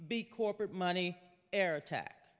big corporate money air attack